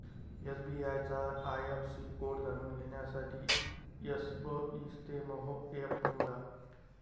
SBI चा IFSC code जाणून घेण्यासाठी एसबइस्तेमहो एप निवडा